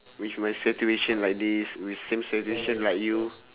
which my situation like this is same situation like you